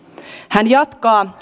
hän jatkaa